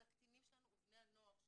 זה הקטינים שלנו ובני הנוער שלנו.